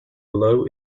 below